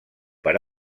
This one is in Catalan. per